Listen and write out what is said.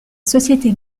société